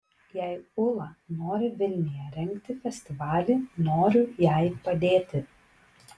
jei ūla nori vilniuje rengti festivalį noriu jai padėti